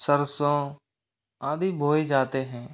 सरसों आदि बोए जाते हैं